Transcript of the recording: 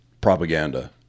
propaganda